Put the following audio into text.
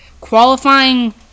qualifying